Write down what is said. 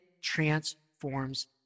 transforms